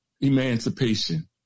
emancipation